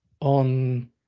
on